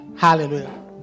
Hallelujah